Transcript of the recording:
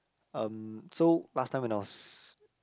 um so last time when I was